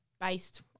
based